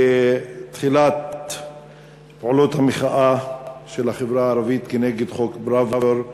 לתחילת פעולות המחאה של החברה הערבית כנגד חוק פראוור,